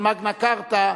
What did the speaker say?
איזה מגנה כרטה,